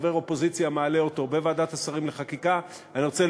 זכה בוועדת השרים ביום ראשון לתמיכת הממשלה,